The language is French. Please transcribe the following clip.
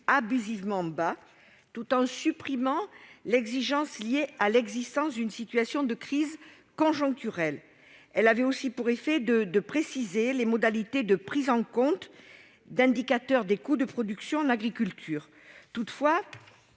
abusivement bas, tout en supprimant l'exigence liée à l'existence d'une situation de crise conjoncturelle. Elle avait aussi pour effet de préciser les modalités de prise en compte d'indicateurs de coûts de production en agriculture. Toutefois,